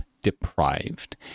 Deprived